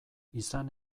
izan